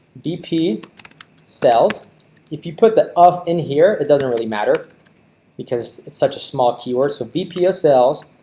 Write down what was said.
vp sales if you put the of in here, it doesn't really matter because it's such a small keyword. so vp ah sales.